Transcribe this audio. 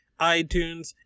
iTunes